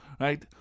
right